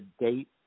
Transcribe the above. date